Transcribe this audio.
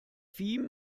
viech